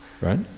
Right